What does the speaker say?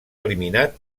eliminar